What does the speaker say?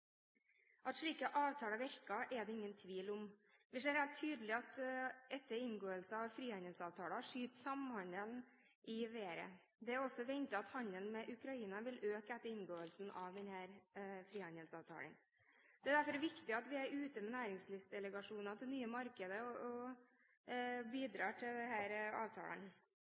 At slike avtaler virker, er det ingen tvil om. Vi ser helt tydelig at etter inngåelse av frihandelsavtaler, skyter samhandelen i været. Det er også ventet at handelen med Ukraina vil øke etter inngåelsen av denne frihandelsavtalen. Derfor er det viktig at vi er ute med næringslivsdelegasjoner til nye markeder og bidrar til disse avtalene.